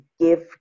give